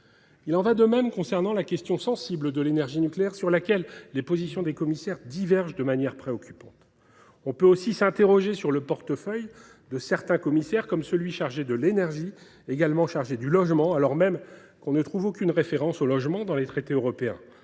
Il en va de même concernant la question sensible de l’énergie nucléaire, sur laquelle les positions des commissaires divergent de manière préoccupante. On peut aussi s’interroger sur le portefeuille de certains commissaires, comme celui qui est à la fois chargé de l’énergie et du logement, alors même qu’on ne trouve aucune référence à ce deuxième domaine dans les traités européens